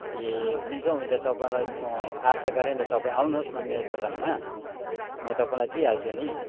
ए हुन्छ हुन्छ तपाईँलाई म आशा गरेँ नि त तपाईँ आउनुहोस् न मेरो दोकानमा म तपाईँलाई दिइहाल्छु नि